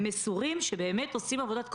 מסורים, שבאמת עושים עבודת קודש.